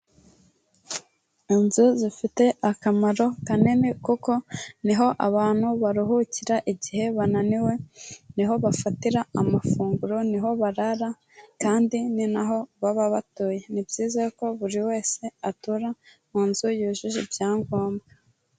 Inzu zifite akamaro kanini kuko niho abantu baruhukira igihe bananiwe niho bafatira amafunguro niho barara kandi ni naho baba batuye, ni byiza ko buri wese atura mu nzu yujuje ibyangombwa.